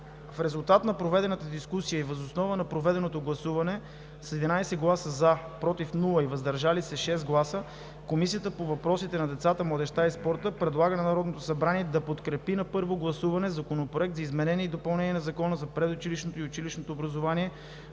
В резултат на проведената дискусия и въз основа на проведеното гласуване с 11 гласа „за“, без „против“ и 6 гласа „въздържал се“ Комисията по въпросите на децата, младежта и спорта предлага на Народното събрание да подкрепи на първо гласуване Законопроект за изменение и допълнение на Закона за предучилищното и училищното образование,